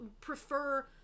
prefer